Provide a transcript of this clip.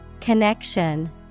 Connection